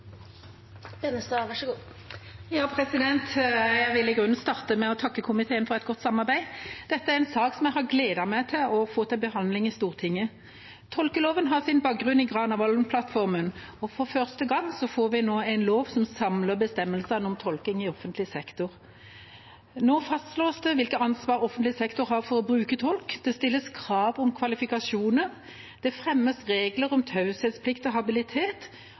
de som måtte tegne seg på talerlisten utover den fordelte taletid, får også en taletid på inntil 3 minutter. Jeg vil starte med å takke komiteen for et godt samarbeid. Dette er en sak som jeg har gledet meg til å få til behandling i Stortinget. Tolkeloven har sin bakgrunn i Granavolden-plattformen, og for første gang får vi nå en lov som samler bestemmelsene om tolking i offentlig sektor. Nå fastslås det hvilket ansvar offentlig sektor har for å bruke tolk, det stilles krav om kvalifikasjoner, det fremmes regler om taushetsplikt og habilitet,